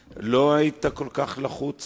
עליה, ולצערי, לא קיבלתי תשובה.